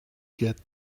get